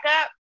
up